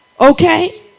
Okay